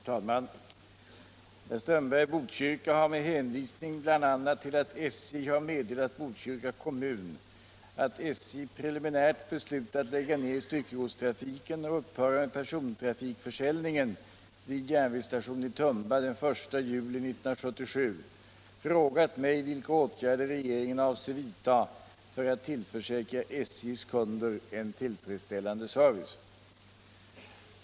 Herr talman! Herr Strömberg i Botkyrka har — med hänvisning bl.a. till att SJ har meddelat Botkyrka kommun att SJ preliminärt beslutat lägga ned styckegodstrafiken och upphöra med persontrafikförsäljningen vid järnvägsstationen i Tumba den 1 juli 1977 — frågat mig vilka åtgärder regeringen avser vidta för att tillförsäkra SJ:s kunder en tillfredsställande service.